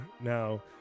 Now